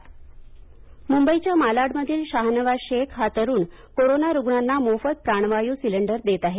मोफत प्राणवायू मुंबईच्या मालाडमधील शहानवाज शेख हा तरुण कोरोना रुग्णांना मोफत प्राणवायू सिलेंडर देत आहे